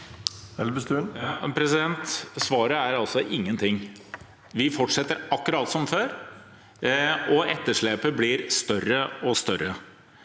Svaret er altså ingen- ting – vi fortsetter akkurat som før, og etterslepet blir større og større.